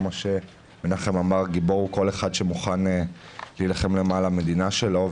כפי שמנחם אמר: גיבור הוא כל אחד שמוכן להילחם למען המדינה שלו,